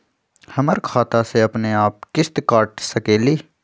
हमर खाता से अपनेआप किस्त काट सकेली?